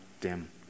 dim